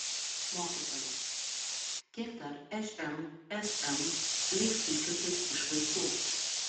mokytoja kiek dar šmsm leis tyčiotis iš vaikų